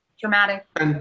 Dramatic